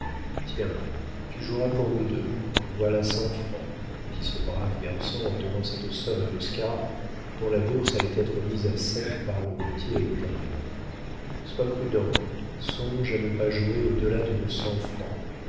tiens tu joueras pour nous deux voilà cent francs dit ce brave garçon en donnant cette somme à oscar dont la bourse allait être mise à sec par le bottier et le tailleur sois prudent songe à ne pas jouer au delà de nos cent francs